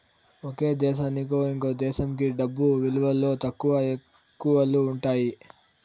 ఒక దేశానికి ఇంకో దేశంకి డబ్బు విలువలో తక్కువ, ఎక్కువలు ఉంటాయి